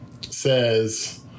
says